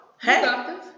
Hey